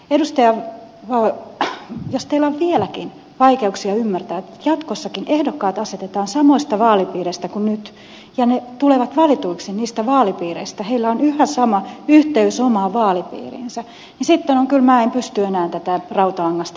edustaja jos teillä on vieläkin vaikeuksia ymmärtää että jatkossakin ehdokkaat asetetaan samoista vaalipiireistä kuin nyt ja he tulevat valituiksi niistä vaalipiireistä heillä on yhä sama yhteys omaan vaalipiiriinsä niin sitten kyllä en pysty tätä rautalangasta enempää vääntämään